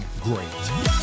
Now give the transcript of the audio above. great